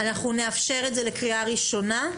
נאפשר את זה לקריאה ראשונה,